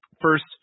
first –